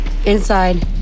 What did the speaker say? Inside